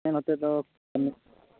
ᱦᱮᱸ ᱱᱚᱛᱮ ᱫᱚ ᱠᱟᱹᱢᱤ